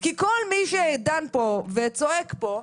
כי כל מי שדן פה וצועק פה,